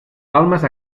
palmes